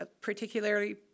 particularly